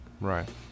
Right